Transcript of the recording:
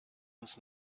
uns